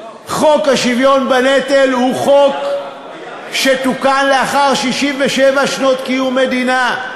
חוק השוויון בנטל הוא חוק שתוקן לאחר 67 שנות קיום המדינה.